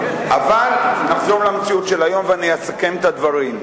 אבל נחזור למציאות של היום ואני אסכם את הדברים.